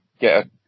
get